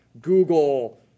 Google